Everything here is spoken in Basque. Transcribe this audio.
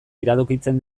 iradokitzen